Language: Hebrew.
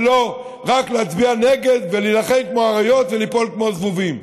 ולא רק להצביע נגד ולהילחם כמו אריות וליפול כמו זבובים.